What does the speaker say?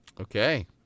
Okay